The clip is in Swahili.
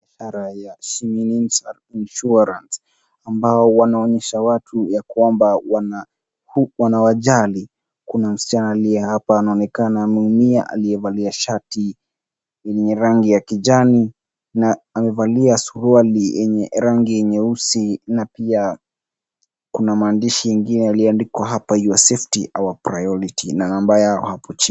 Ishara ya shiminininsurance ambao wanaonyesha watu kwamba, huku wanawajali. Kuna msichana aliye hapa anaonekana ameumia, amevalia shati yenye rangi ya kijani na amevalia suruali yenye rangi nyeusi na pia kuna maandishi ingine yaliyoandikwa Your Safety, Our Priority na namba yao hapo chini.